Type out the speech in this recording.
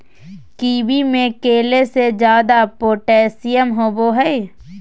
kiwi में केले से ज्यादा पोटेशियम होबो हइ